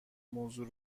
موضوع